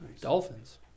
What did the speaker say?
Dolphins